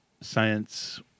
science